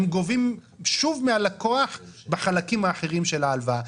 הם גובים שוב מהלקוח בחלקים האחרים של ההלוואה.